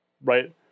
Right